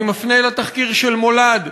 אני מפנה אל התחקיר של "מולד",